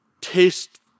taste